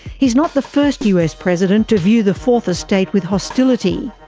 he is not the first us president to view the fourth estate with hostility.